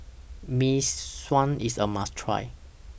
Mee Sua IS A must Try